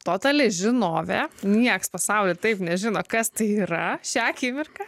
totali žinovė nieks pasauly taip nežino kas tai yra šią akimirką